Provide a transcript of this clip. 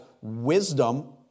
wisdom